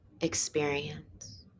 experience